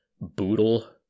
Boodle